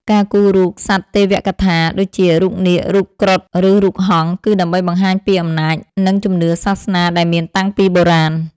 ការគូររូប សត្វទេវកថា ដូចជា រូបនាគ រូបគ្រុឌ ឬរូបហង្ស គឺដើម្បីបង្ហាញពីអំណាច និងជំនឿសាសនាដែលមានតាំងពីបុរាណ។